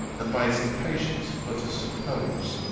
and by his impatience but to suppose,